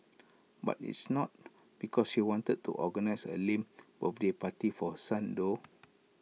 but it's not because she wanted to organise A lame birthday party for her son though